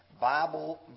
Bible